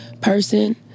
person